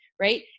right